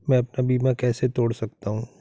मैं अपना बीमा कैसे तोड़ सकता हूँ?